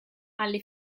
alle